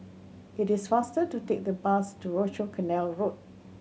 it is faster to take the bus to Rochor Canal Road